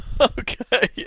Okay